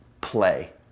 play